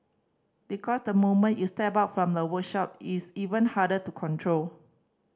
because the moment you step out from the workshop it's even harder to control